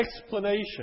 explanation